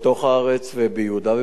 וביהודה ובשומרון,